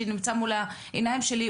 שנמצא מול העיניים שלי,